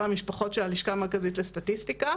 המשפחות של הלשכה המרכזית לסטטיסטיקה: